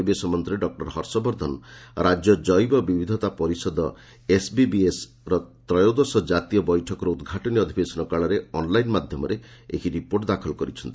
ପରିବେଶ ମନ୍ତ୍ରୀ ଡକ୍ଟର ହର୍ଷବର୍ଦ୍ଧନ ରାଜ୍ୟ ଜୈବ ବିବିଧତା ପରିଷଦ ଏସବିବିଏସର ତ୍ରୟୋଦଶ ଜାତୀୟ ବୈଠକର ଉଦ୍ଘାଟନୀ ଅଧିବେଶନ କାଳରେ ଅନଲାଇନ ମାଧ୍ୟମରେ ଏହି ରିପୋର୍ଟ ଦାଖଲ କରିଛନ୍ତି